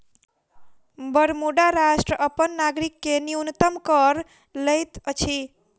Bermuda राष्ट्र अपन नागरिक से न्यूनतम कर लैत अछि